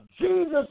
Jesus